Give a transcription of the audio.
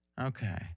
Okay